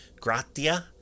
gratia